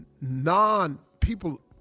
non-people